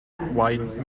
wide